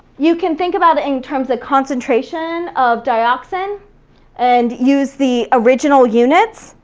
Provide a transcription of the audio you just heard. you can think about it in terms of concentration of dioxin and use the original units,